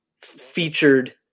featured